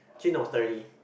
actually no thirty